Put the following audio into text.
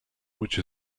which